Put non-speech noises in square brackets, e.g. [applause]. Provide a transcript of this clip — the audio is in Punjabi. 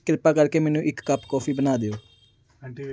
ਕਿਰਪਾ ਕਰਕੇ ਮੈਨੂੰ ਇੱਕ ਕੱਪ ਕੌਫੀ ਬਣਾ ਦਿਓ [unintelligible]